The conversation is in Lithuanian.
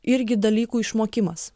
irgi dalykų išmokimas